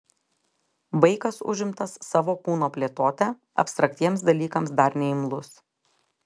vaikas užimtas savo kūno plėtote abstraktiems dalykams dar neimlus